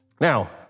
Now